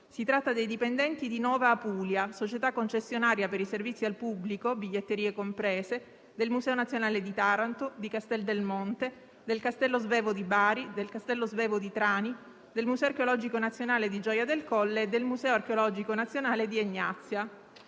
Si tratta dei dipendenti di Nova Apulia, società concessionaria per i servizi al pubblico, biglietterie comprese, del Museo archeologico nazionale di Taranto, di Castel del Monte, del Castello svevo di Bari, del Castello svevo di Trani, del Museo archeologico nazionale-Castello di Gioia del Colle e del Museo e Parco archeologico di Egnazia.